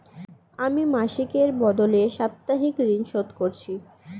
আমি মাসিকের বদলে সাপ্তাহিক ঋন শোধ করছি